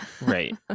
Right